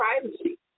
privacy